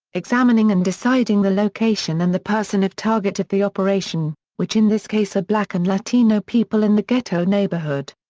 examining and deciding the location and the person of target of the operation, which in this case are black and latino people in the ghetto neighborhood.